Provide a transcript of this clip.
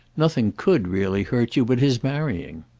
nothing could really hurt you but his marrying.